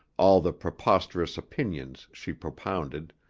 all the preposterous opinions she propounded,